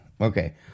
Okay